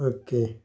okay